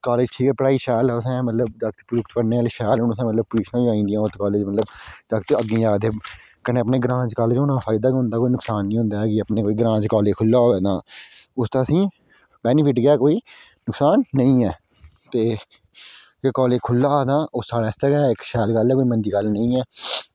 college ठीक ऐ पढ़ाई शैल ऐ उत्थें मतलब ते ऐहीं बड़ियां एडमिशनां होआ दि'यां उस कॉलेज मतलब जागत अग्गें जा दे ते कन्नै अपने ग्रांऽ च होने दा फायदा बी ऐ ते कोई नुकसान निं होंदा ऐ अगर अपने ग्रांऽ च कोई कॉलेज खुल्ले दा होऐ उस दा असें ई बेनीफिट गै कोई नुकसान निं ऐ एह् कॉलेज खुल्लेआ हा तां साढ़े आस्तै गै शैल गल्ल ऐ कोई मंदी गल्ल निं ऐ